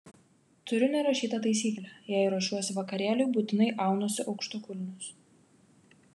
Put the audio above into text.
turiu nerašytą taisyklę jei ruošiuosi vakarėliui būtinai aunuosi aukštakulnius